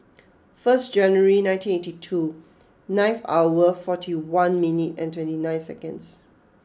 first July nineteen eighty two nine hour forty one minute and twenty nine seconds